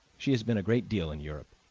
she has been a great deal in europe.